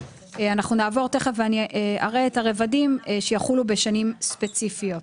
אנחנו נעבור תכף ואני אראה את הרבדים שיחולו בשנים ספציפיות.